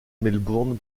melbourne